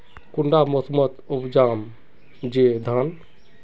कुंडा मोसमोत उपजाम छै धान?